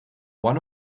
one